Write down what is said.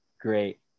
Great